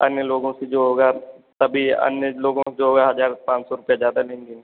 अन्य लोगों से जो होगा सभी अन्य लोगों से जो होगा हजार पाँच सौ रुपया ज़्यादा लेंगे